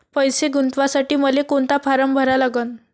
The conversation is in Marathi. पैसे गुंतवासाठी मले कोंता फारम भरा लागन?